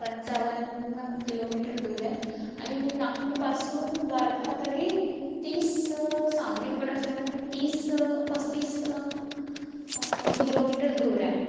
पंचावन्न किलोमीटर दूर आहे आणि नागपूरपासून द्वारका तरी तीस सावनेरकडं असल्यामुळे तीस पस्तीस किलोमीटर दूर आहे